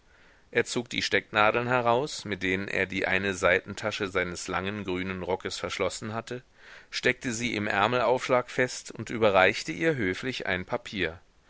er zog die stecknadeln heraus mit denen er die eine seitentasche seines langen grünen rockes verschlossen hatte steckte sie im ärmelaufschlag fest und überreichte ihr höflich ein papier